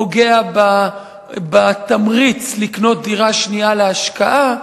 פוגע בתמריץ לקנות דירה שנייה להשקעה,